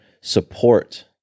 support